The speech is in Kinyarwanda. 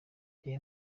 reba